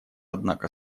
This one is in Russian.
однако